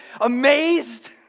amazed